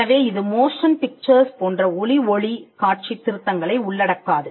எனவே இது motion pictures போன்ற ஒலி ஒளி காட்சித் திருத்தங்களை உள்ளடக்காது